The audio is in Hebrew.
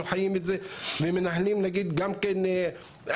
אנחנו חיים את זה ומנהלים גם כן הגנות,